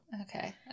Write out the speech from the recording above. Okay